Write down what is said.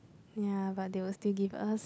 ya but they will still give us